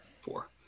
Four